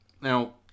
now